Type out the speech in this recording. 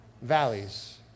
valleys